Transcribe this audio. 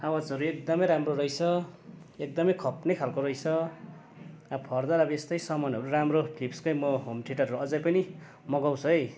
आवाजहरू एकदमै राम्रो रहेछ एकदमै खप्ने खालको रहेछ फर्दर अब यस्तै सामानहरू राम्रो फिलिप्सकै म होम थिएटरहरू अझ पनि मगाउँछु है